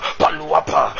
paluapa